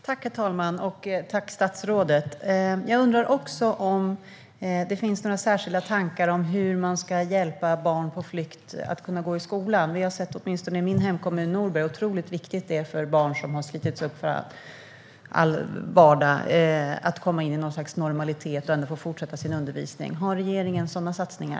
Herr talman! Tack, statsrådet! Jag undrar också om det finns några särskilda tankar om hur man ska hjälpa barn på flykt att kunna gå i skolan. Vi har sett, åtminstone i min hemkommun Norberg, hur otroligt viktigt det är för barn som slitits bort upp ur sin vardag att få komma in i något slags normalitet och att få fortsätta sin undervisning. Har regeringen sådana satsningar?